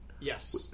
Yes